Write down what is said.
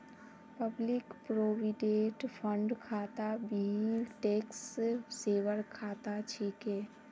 public provident fund खाता भी tax saver खाता छिके